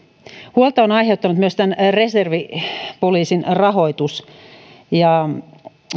huolta on aiheuttanut reservipoliisin rahoitus